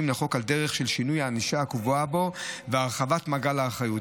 לחוק על דרך של שינוי הענישה הקבועה בו והרחבת מעגל האחריות.